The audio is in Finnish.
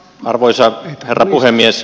arvoisa herra puhemies